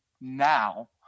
now